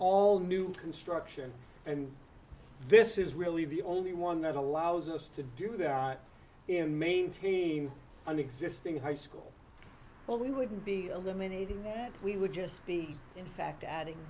all new construction and this is really the only one that allows us to do that in main team an existing high school but we wouldn't be eliminating that we would just be in fact adding